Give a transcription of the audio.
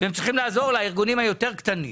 והם צריכים לעזור לארגונים היותר קטנים.